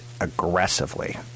aggressively